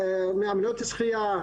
מאמנות שחייה,